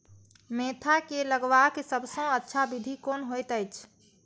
Mentha के लगवाक सबसँ अच्छा विधि कोन होयत अछि?